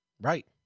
Right